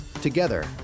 Together